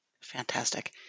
Fantastic